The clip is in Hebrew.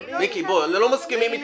אני ואתה לא מסכימים אתה,